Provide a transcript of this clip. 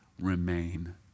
remain